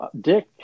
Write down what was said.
Dick